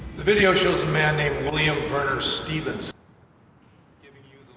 video shows a man named william vernor stephenson giving you